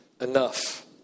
enough